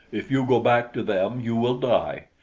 if you go back to them, you will die.